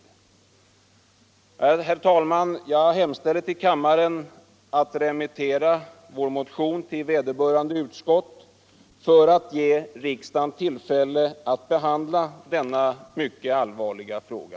Herr talman! Jag hemställer till kammaren att remittera vår motion till vederbörande utskott för att ge riksdagen tillfätle au behandla denna mycket allvarliga fråga.